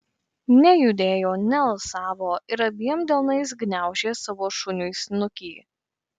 nejudėjo nealsavo ir abiem delnais gniaužė savo šuniui snukį